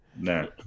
No